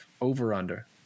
over-under